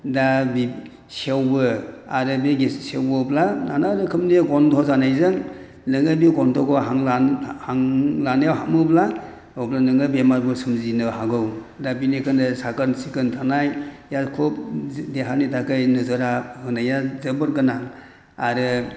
दा बे सेवो आरो बे सेवोब्ला ना ना रोखोमनि गन्ध' जानायजों नोङो बे गन्ध'खौ हां लानायाव हाबोब्ला अब्ला नोङो बेमारबो सोमजिनो हागौ दा बेनिखायनो साखोन सिखोन थानाया खोब देहानि थाखाय नोजोर होनाया जोबोद गोनां आरो